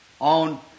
on